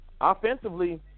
offensively